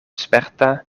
sperta